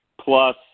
plus